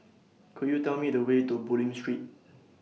Could YOU Tell Me The Way to Bulim Street